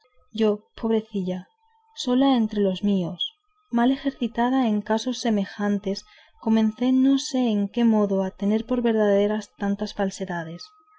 yo pobrecilla sola entre los míos mal ejercitada en casos semejantes comencé no sé en qué modo a tener por verdaderas tantas falsedades